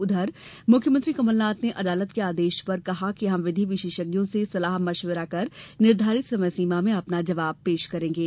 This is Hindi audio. उधर मुख्यमंत्री कमलनाथ ने अदालत के आदेश पर कहा कि हम विधि विशेषज्ञों से सलाह मशविरा कर निर्धारित समयसीमा में अपना जवाब पेश करेंगे